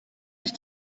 sich